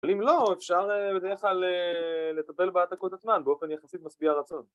‫אבל אם לא, אפשר, בדרך כלל, ‫לטפל בהעתקות עצמן ‫באופן יחסית משביע רצון.